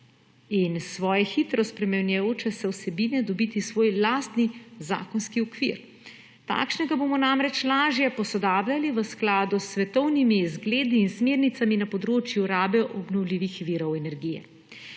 in svoje hitro spreminjajoče se vsebine dobiti svoj lastni zakonski okvir. Takšnega bomo namreč lažje posodabljali v skladu s svetovnimi zgledi in smernicami na področju rabe obnovljivih virov energije.